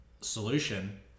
Solution